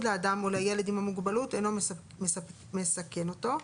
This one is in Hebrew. לאדם או לילד עם המוגבלות אינו מסכן אותו,